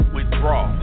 Withdraw